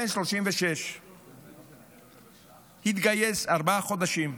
בן 36, התגייס, ארבעה חודשים.